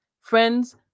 Friends